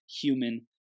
Human